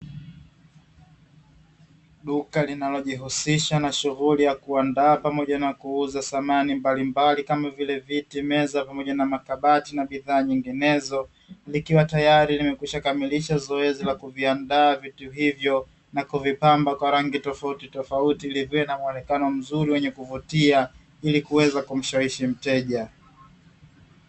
Duka linalojihusisha na shughuli ya kuandaa pamoja na kuuza samani mbalimbali kama vile: viti, meza pamoja na makabati na bidhaa nyinginezo, likiwa tayari limeshakamilisha zoezi la kuviandaa vitu hivyo na kuvipamba kwa rangi tofauti tofauti, ili viweze kuwa na muonekano mzuri wenye kuvutia ili kuweza kushawishi mteja.